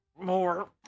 more